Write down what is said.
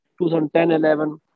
2010-11